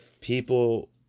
people